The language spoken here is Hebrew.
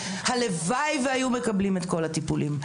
הלוואי והיו מקבלים את כל הטיפולים.